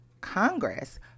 Congress